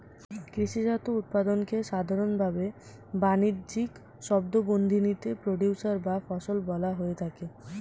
কৃষিজাত উৎপাদনকে সাধারনভাবে বানিজ্যিক শব্দবন্ধনীতে প্রোডিউসর বা ফসল বলা হয়ে থাকে